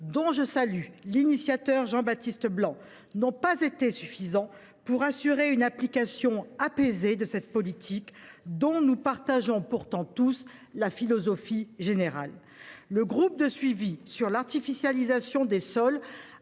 dont je salue l’initiateur, Jean Baptiste Blanc, n’ont pas été suffisants pour assurer une application apaisée de cette politique, dont nous partageons pourtant tous la philosophie générale. Le groupe de suivi des dispositions